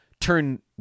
turn